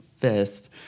fist